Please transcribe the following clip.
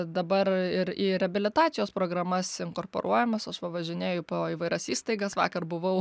dabar ir į reabilitacijos programas inkorporuojamas aš va važinėju po įvairias įstaigas vakar buvau